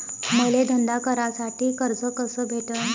मले धंदा करासाठी कर्ज कस भेटन?